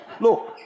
Look